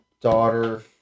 daughter